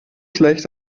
schlecht